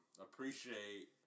appreciate